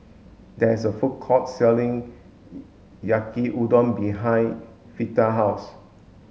there is a food court selling Yaki Udon behind Fleeta's house